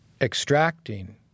extracting